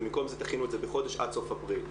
ובמקום זה דחינו את זה בחודש עד סוף אפריל.